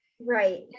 Right